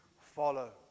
follow